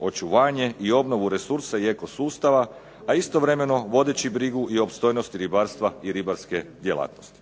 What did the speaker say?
očuvanje i obnovu resursa i ekosustava, a istovremeno vodeći brigu o opstojnosti ribarstva i ribarske djelatnosti.